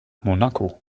monaco